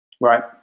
Right